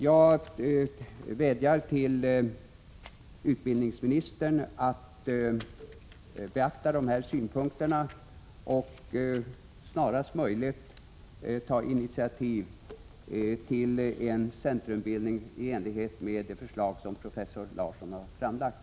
Jag vädjar till utbildningsministern att beakta dessa synpunkter och snarast möjligt ta initiativ till en centrumbildning i enlighet med det förslag som professor Larsson har framlagt.